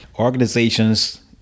Organizations